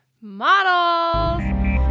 models